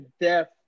death